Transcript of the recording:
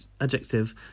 adjective